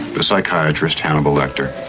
the psychiatrist hannibal lecter.